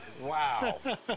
wow